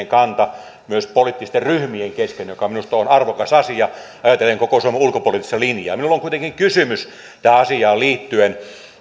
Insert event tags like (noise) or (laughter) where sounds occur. (unintelligible) kanta myös poliittisten ryhmien kesken mikä minusta on arvokas asia ajatellen koko suomen ulkopoliittista linjaa minulla on kuitenkin kysymys tähän asiaan liittyen